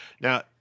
Now